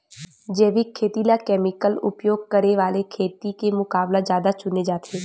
जैविक खेती ला केमिकल उपयोग करे वाले खेती के मुकाबला ज्यादा चुने जाते